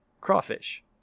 Crawfish